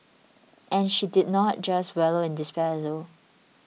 and she did not just wallow in despair though